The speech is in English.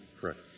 Correct